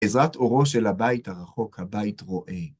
בעזרת אורו של הבית הרחוק, הבית רואה.